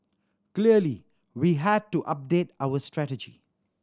clearly we had to update our strategy